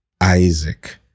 Isaac